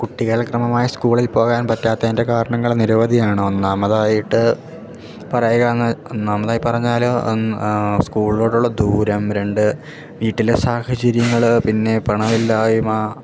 കുട്ടികൾ ക്രമമായി സ്കൂളിൽ പോകാൻ പറ്റാത്തതിൻ്റെ കാരണങ്ങള് നിരവധിയാണ് ഒന്നാമതായിട്ട് പറയുകാന്ന് ഒന്നാമതായി പറഞ്ഞാല് സ്കൂളിലോട്ടുള്ള ദൂരം രണ്ട് വീട്ടിലെ സാഹചര്യങ്ങള് പിന്നെ പണമില്ലായ്മ